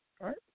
right